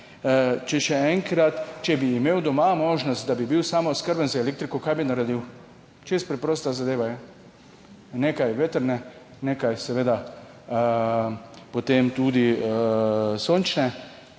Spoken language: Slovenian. če bi imel doma možnost, da bi bil samooskrben z elektriko, kaj bi naredil? Čisto preprosta zadeva je. Nekaj vetrne, nekaj seveda potem tudi sončne